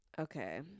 okay